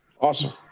Awesome